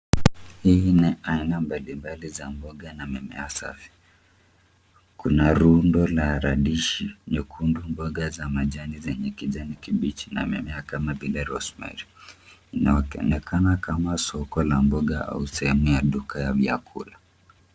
Hii ni aina mbalimbali za mboga na mimea safi. Kuna rundo la radishi nyekundu, mboga za majani zenye kijani kibichi na mimea kama vile rosemary . Inaonekana kama soko la mboga au sehemu ya duka ya vyakula.